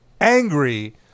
angry